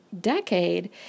decade